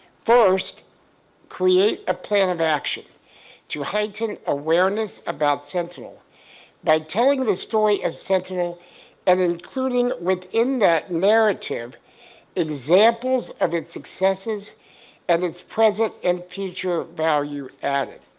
first create a plan of action to heighten awareness about sentinel by telling the story of sentinel and including within the narrative examples of its successes and its present and future value added.